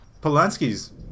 Polanski's